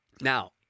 now